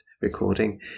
recording